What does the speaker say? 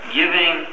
giving